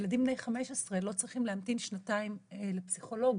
ילדים בני 15 לא צריכים להמתין שנתיים לפסיכולוג